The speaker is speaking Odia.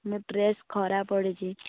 ମୋ ଡ୍ରେସ ଖରାପ ପଡ଼ିଛି